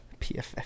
PFF